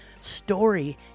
story